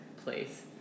place